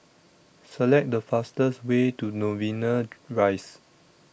Select The fastest Way to Novena Rise